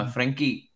Frankie